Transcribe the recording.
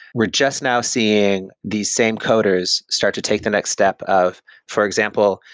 we're just now seeing these same coders start to take the next step of for example,